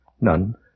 None